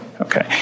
Okay